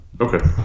Okay